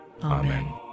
Amen